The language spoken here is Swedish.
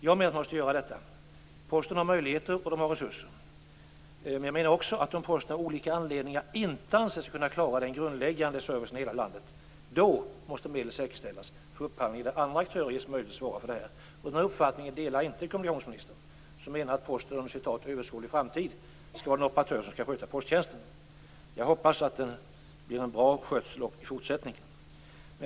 Jag menar att man måste göra detta. Posten har möjligheter och resurser. Men jag menar också att om Posten av olika anledningar inte anser sig kunna klara den grundläggande servicen i hela landet måste medel säkerställas för upphandling och andra aktörer ges möjlighet att svara för det här. Den uppfattningen delar inte kommunikationsministern. Hon menar att Posten inom "överskådlig framtid" skall vara den operatör som skall sköta posttjänsten. Jag hoppas att det blir en bra skötsel också i fortsättningen.